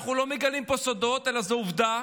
אנחנו לא מגלים פה סודות, אלא זו עובדה,